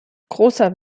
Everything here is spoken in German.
großer